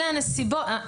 אלה הנסיבות.